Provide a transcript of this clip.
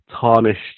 tarnished